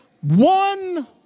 one